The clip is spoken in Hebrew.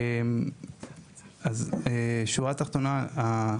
אז שורה תחתונה,